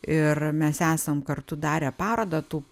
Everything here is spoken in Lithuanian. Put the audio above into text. ir mes esam kartu darę parodą tų